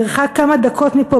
מרחק כמה דקות מפה,